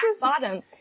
bottom